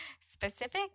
specific